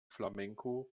flamenco